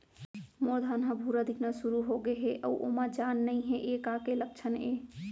मोर धान ह भूरा दिखना शुरू होगे हे अऊ ओमा जान नही हे ये का के लक्षण ये?